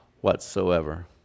whatsoever